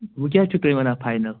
وٕ کیٛاہ حظ چھُو تُہۍ ونان فاینَل